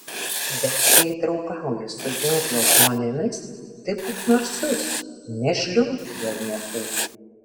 bet jei draugauji su ginklo žmonėmis tai būk narsus nežliumbk dėl niekų